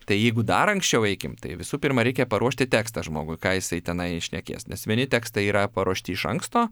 tai jeigu dar anksčiau eikim tai visų pirma reikia paruošti tekstą žmogui ką jisai tenai šnekės nes vieni tekstai yra paruošti iš anksto